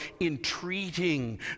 entreating